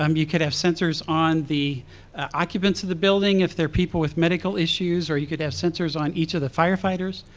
um you could have sensors on the occupants of the building if there're people with medical issues or you could have sensors on each of the firefighters.